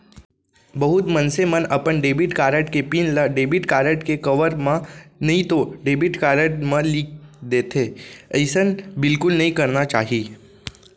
बहुत मनसे मन अपन डेबिट कारड के पिन ल डेबिट कारड के कवर म नइतो डेबिट कारड म लिख देथे, अइसन बिल्कुल नइ करना चाही